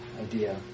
idea